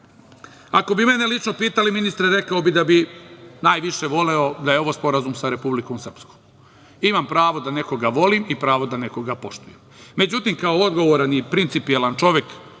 bi mene lično pitali, ministre, rekao bih da bih najviše voleo da je ovo sporazum sa Republikom Srpskom. Imam pravo da nekog volim i pravo da nekog poštujem. Međutim, kao odgovoran i principijelan čovek